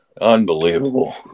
Unbelievable